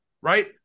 Right